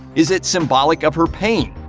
is it symbolic of her pain?